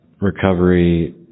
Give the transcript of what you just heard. recovery